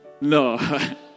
No